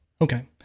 Okay